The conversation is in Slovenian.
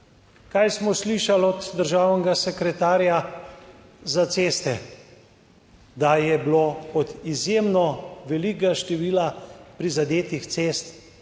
Kaj smo slišali od državnega sekretarja za ceste? Da je bilo od izjemno velikega števila prizadetih cest